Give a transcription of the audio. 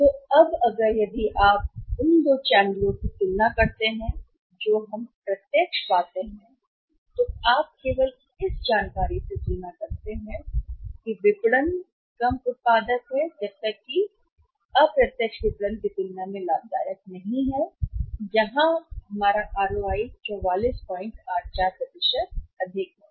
तो अब अगर यदि आप उन दो चैनलों की तुलना करते हैं जो हम प्रत्यक्ष पाते हैं तो आप केवल इस जानकारी से तुलना करते हैं विपणन कम उत्पादक है जब तक कि अप्रत्यक्ष विपणन की तुलना में लाभदायक नहीं है जहां हम आरओआई है जो कि 4484 अधिक है